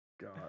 God